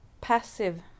passive